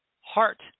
Heart